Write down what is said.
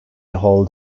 hold